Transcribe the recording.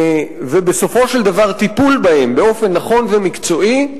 ובסופו של דבר טיפול בהן באופן נכון ומקצועי,